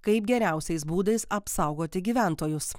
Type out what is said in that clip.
kaip geriausiais būdais apsaugoti gyventojus